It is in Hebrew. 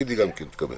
חלילה,